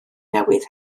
newydd